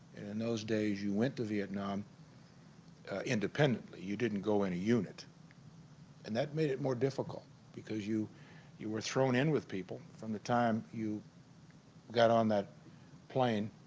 and in those days you went to vietnam independently you didn't go in a unit and that made it more difficult because you you were thrown in with people from the time you got on that plane